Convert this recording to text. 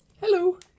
Hello